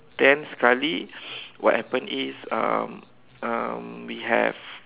then sekali what happened is um um we have